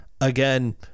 again